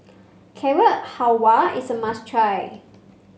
Carrot Halwa is a must try